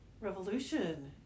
Revolution